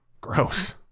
Gross